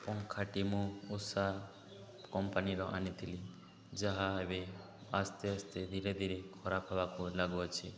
ପଙ୍ଖାଟି ମୁଁ ଉଷା କମ୍ପାନୀର ଆଣିଥିଲି ଯାହା ଏବେ ଆସ୍ତେ ଆସ୍ତେ ଧୀରେ ଧୀରେ ଖରାପ ହେବାକୁ ଲାଗୁଅଛି